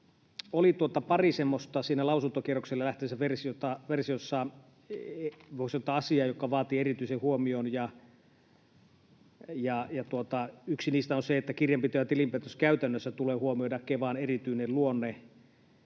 ne vain korjataan. Siinä lausuntokierrokselle lähteneessä versiossahan oli pari semmoista asiaa, jotka, voi sanoa, vaativat erityisen huomion. Yksi niistä on se, että kirjanpito- ja tilinpäätöskäytännössä tulee huomioida Kevan erityinen luonne.